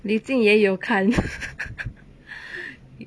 你竟也有看